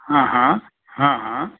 हां हां हां हां